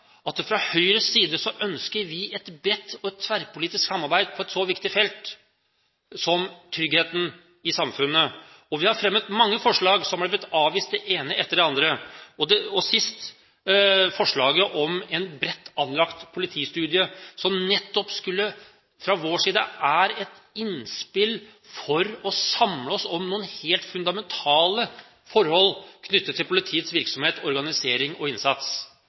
at vi fra Høyres side ønsker et bredt og tverrpolitisk samarbeid på et så viktig felt som tryggheten i samfunnet. Vi har fremmet mange forslag, og det ene etter det andre har blitt avvist, sist forslaget om en bredt anlagt politistudie, som fra vår side nettopp er et innspill for å kunne samle seg om noen helt fundamentale forhold knyttet til politiets virksomhet, organisering og innsats,